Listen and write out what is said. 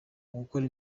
gukora